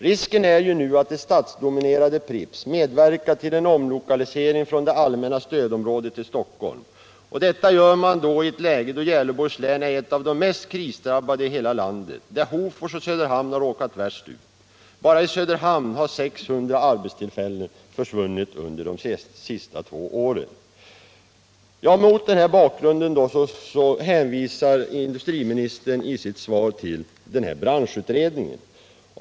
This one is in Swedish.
Risken är nu att det statsdominerade Pripps medverkar till en omlokalisering från det allmänna stödområdet till Stockholm. Detta gör man i ett läge då Gävleborgs län är ett av de mest krisdrabbade i hela landet och där Hofors och Söderhamn har råkat värst ut. Bara i Söderhamn har 600 arbetstillfällen försvunnit under de senaste två åren. Industriministern hänvisar i sitt svar till branschutredningen.